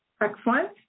Excellent